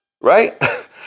Right